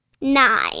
Nine